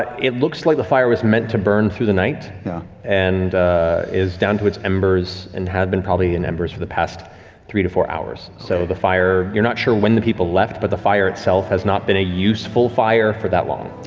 it looks like the fire was meant to burn through the night yeah and it is down to its embers and had been probably in embers for the past three to four hours. so the fire, you're not sure when the people left, but the fire itself has not been a useful fire for that long.